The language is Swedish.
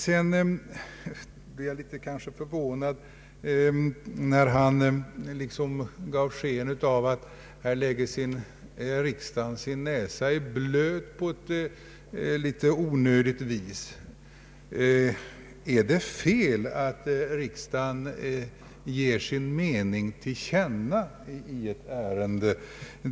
Sedan blev jag litet förvånad när han liksom gav sken av att riksdagen här lägger sin näsa i blöt på ett litet onödigt vis. Är det fel att riksdagen ger sin mening till känna i ett ärende?